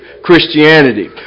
Christianity